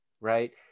right